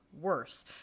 worse